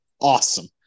Awesome